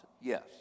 yes